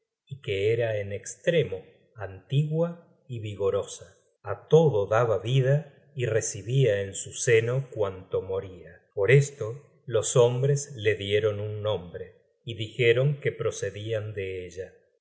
que era en estremo antigua y vigorosa a todo daba vida y recibia en su seno cuanto moria por esto los hombres la dieron un nombre y dijeron que procedian de ella